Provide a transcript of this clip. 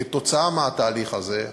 כתוצאה מהתהליך הזה.